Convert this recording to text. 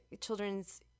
children's